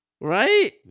Right